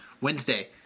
Wednesday